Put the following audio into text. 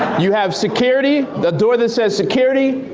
you have security, the door that says security.